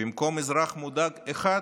ובמקום אזרח מודאג אחד